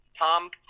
Tom